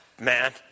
man